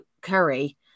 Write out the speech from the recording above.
curry